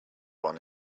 one